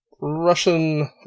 Russian